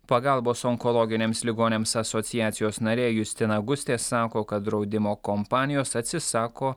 pagalbos onkologiniams ligoniams asociacijos narė justina gustė sako kad draudimo kompanijos atsisako